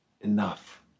enough